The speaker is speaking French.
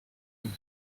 deux